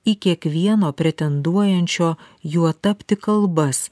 į kiekvieno pretenduojančio juo tapti kalbas